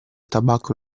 tabacco